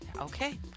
Okay